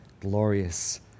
glorious